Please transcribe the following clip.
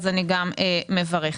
אני מברכת.